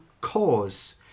cause